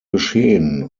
geschehen